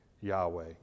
Yahweh